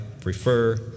prefer